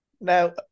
Now